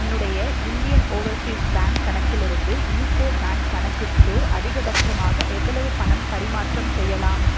என்னுடைய இந்தியன் ஓவர்சீஸ் பேங்க் கணக்கிலிருந்து யூகோ பேங்க் கணக்குக்கு அதிகபட்சமாக எவ்வளவு பணம் பரிமாற்றம் செய்யலாம்